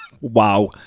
Wow